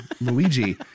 luigi